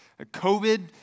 COVID